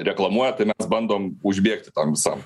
reklamuoja tai mes bandom užbėgti tam visam